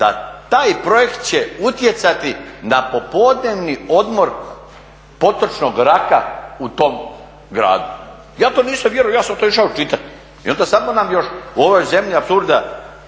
da taj projekt će utjecati na popodnevni odmor potočnog raka u tom gradu. Ja to nisam vjerovao. Ja sam to išao čitati. I onda samo nam još u ovoj zemlji apsurda